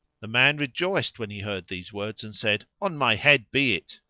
the man rejoiced when he heard these words and said, on my head be it!